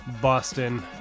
Boston